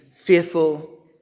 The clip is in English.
fearful